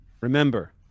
remember